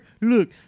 look